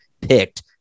picked